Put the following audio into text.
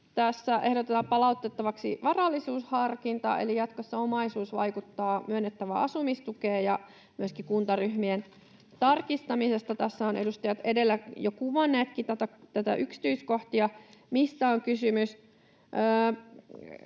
ehdotetaan palautettavaksi varallisuusharkintaa, eli jatkossa omaisuus vaikuttaa myönnettävään asumistukeen. Myöskin kuntaryhmien tarkistamisesta tässä ovat edustajat edellä jo kuvanneetkin yksityiskohtia, mistä on kysymys.